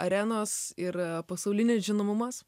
arenos ir pasaulinis žinomumas